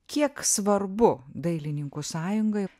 kiek svarbu dailininkų sąjungai